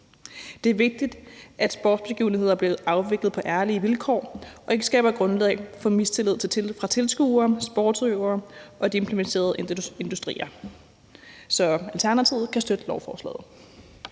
Det er vigtigt, at sportsbegivenheder bliver afviklet på ærlige vilkår og ikke skaber grundlag for mistillid fra tilskuere, sportsudøvere og de impliceredeindustrier. Så Alternativet kan støtte lovforslaget.